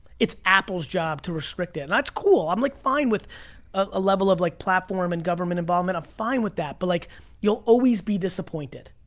it's apple's job to restrict it. and that's cool. i'm like fine with a level of like platform and government involvement. i'm fine with that. but like you'll always be disappointed